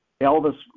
Elvis